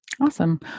Awesome